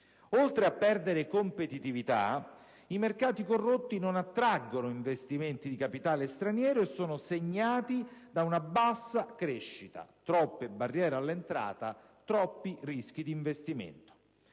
Oltre a perdere competitività, i mercati corrotti non attraggono investimenti di capitale straniero e sono segnati da una bassa crescita (troppe barriere all'entrata, troppi rischi di investimento).